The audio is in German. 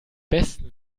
besten